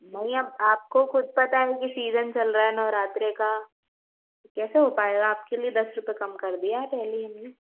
भैया आपको ख़ुद पता है कि सीज़न चल रहा है नवरात्री का कैसे हो पाएगा आपके लिए दस रुपये कम कर दिया है पहले ही हम ने